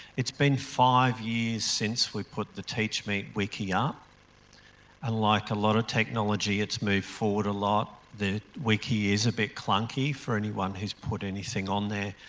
it's been five years since we've put the teachmeet wiki up and ah like a lot of technology it's moved forward a lot. the wiki is a bit clunky for anyone who's put anything on there.